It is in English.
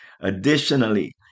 Additionally